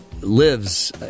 lives